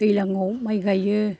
दैलाङाव माइ गायो